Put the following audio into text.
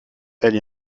elle